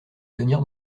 tenir